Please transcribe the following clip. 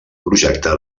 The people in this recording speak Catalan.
projectar